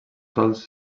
sols